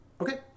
Okay